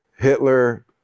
Hitler